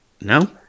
No